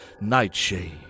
Nightshade